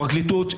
לפרקליטות,